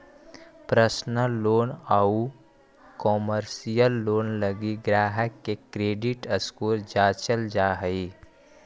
personal loan आउ commercial loan लगी ग्राहक के क्रेडिट स्कोर जांचल जा हइ